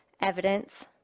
evidence